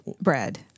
bread